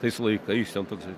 tais laikais ten toks